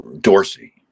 Dorsey